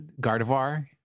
Gardevoir